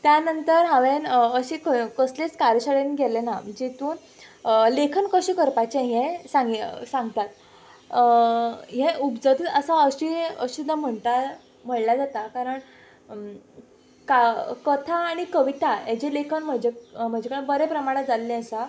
त्या नंतर हांवें अशें कसलीच कार्यशाळेन गेलें ना जितून लेखन कशें करपाचें हें सां सांगतात हें उपजतच आसा अशें अशें म्हणटा म्हणल्या जाता कारण कथा आनी कविता हाजें लेखन म्हजे म्हजे कडेन बऱ्या प्रमाणान जाल्लें आसा